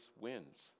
wins